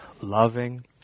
Loving